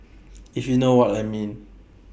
if you know what I mean